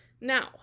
Now